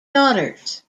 daughters